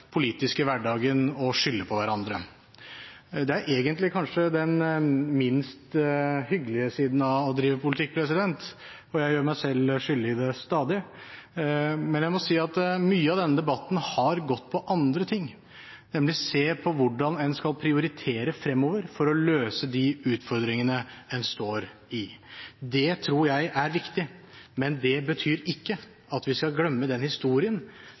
er egentlig kanskje den minst hyggelige siden av det å drive med politikk, og jeg gjør meg selv skyldig i det stadig. Men jeg må si at mye av denne debatten har gått på andre ting, nemlig på å se på hvordan man skal prioritere fremover for å løse de utfordringene man står i. Det tror jeg er viktig, men det betyr ikke at vi skal glemme den historien